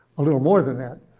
a little more than that.